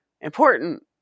important